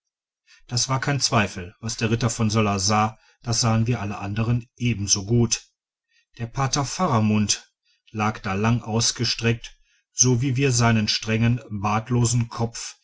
da war kein zweifel was der ritter von söller sah das sahen wir anderen alle ebensogut der pater faramund lag da lang ausgestreckt so wie wir seinen strengen bartlosen kopf